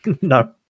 No